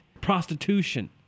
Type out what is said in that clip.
prostitution